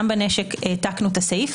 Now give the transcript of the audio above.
גם בנשק העתקנו את הסעיף.